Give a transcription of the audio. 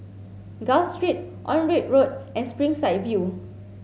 Gul Street Onraet Road and Springside View